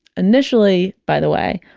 initially, by the way,